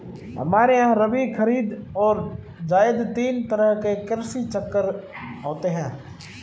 हमारे यहां रबी, खरीद और जायद तीन तरह के कृषि चक्र होते हैं